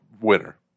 winner